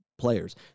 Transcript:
players